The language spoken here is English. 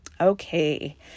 Okay